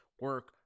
Work